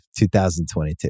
2022